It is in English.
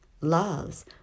loves